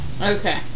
Okay